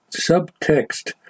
subtext